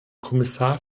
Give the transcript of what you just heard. kommissar